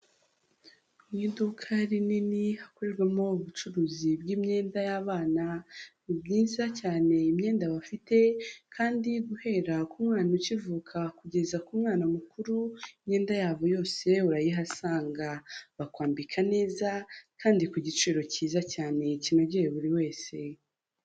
Mu iduka rinini hakorerwamo ubucuruzi bw'imyenda y'abana, ni myiza cyane imyenda bafite kandi guhera ku mwana ukivuka kugeza ku mwana mukuru imyenda yabo yose urayihasanga. Bakwambika neza kandi ku giciro cyiza cyane kinogeye buri wese.